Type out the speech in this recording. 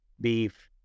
beef